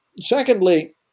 secondly